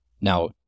Now